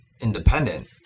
independent